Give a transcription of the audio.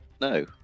no